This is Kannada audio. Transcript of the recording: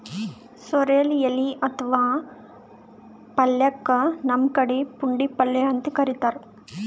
ಸೊರ್ರೆಲ್ ಎಲಿ ಅಥವಾ ಪಲ್ಯಕ್ಕ್ ನಮ್ ಕಡಿ ಪುಂಡಿಪಲ್ಯ ಅಂತ್ ಕರಿತಾರ್